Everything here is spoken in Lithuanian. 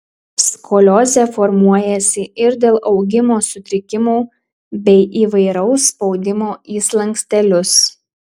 skoliozė formuojasi ir dėl augimo sutrikimų bei įvairaus spaudimo į slankstelius